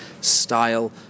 style